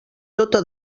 tota